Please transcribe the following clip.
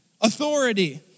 authority